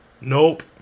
Nope